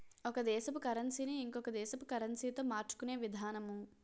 ఒక దేశపు కరన్సీ ని ఇంకొక దేశపు కరెన్సీతో మార్చుకునే విధానము